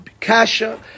Kasha